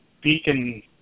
beacon